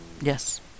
Yes